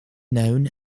known